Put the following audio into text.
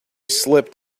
slipped